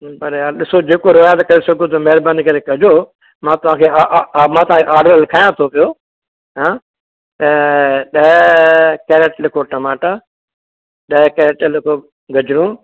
पर यार ॾिसो जेको रिआयत करे सघो त महिरबानी करे कजो मां तव्हां खे मां तव्हांखे ऑडर लिखायां थो पियो हां त ॾह कैरेट लिखो टमाटा ॾह कैरेट लिखो गजरूं